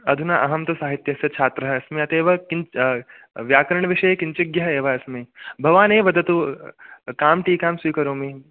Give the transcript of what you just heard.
अधुना अहं तु साहित्यस्य चात्रः अस्मि अत एव व्याकरणविषये किञ्चिज्ञः एव अस्मि भवानेव वदतु कां टीकां स्वीकरोमि